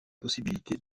possibilités